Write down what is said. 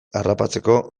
harrapatzeko